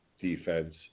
defense